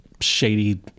shady